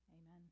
Amen